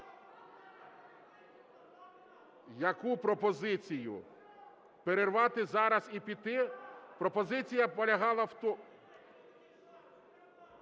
Яку пропозицію? Перервати зараз і піти? Пропозиція полягала в...